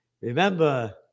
remember